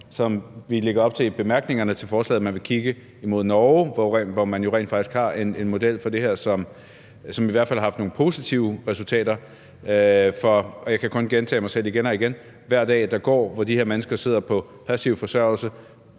vi lægger op til i bemærkningerne til forslaget, at man vil kigge imod Norge, hvor man jo rent faktisk har en model for det her, som i hvert fald har haft nogle positive resultater. Jeg kan kun gentage mig selv igen og igen: For hver dag der går, hvor de her mennesker sidder på passiv forsørgelse,